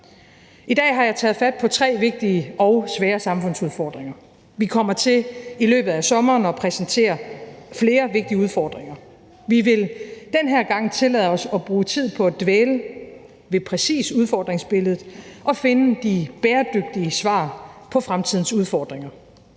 I dag har jeg taget fat på tre vigtige og svære samfundsudfordringer. Vi kommer til i løbet af sommeren at præsentere flere vigtige udfordringer. Vi vil den her gang tillade os at bruge tid på at dvæle ved det præcise udfordringsbillede og finde de bæredygtige svar på fremtidens udfordringer.